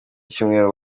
icyumweru